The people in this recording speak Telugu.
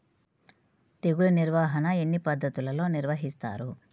తెగులు నిర్వాహణ ఎన్ని పద్ధతులలో నిర్వహిస్తారు?